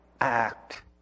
act